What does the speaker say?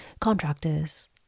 contractors